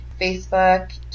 Facebook